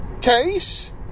case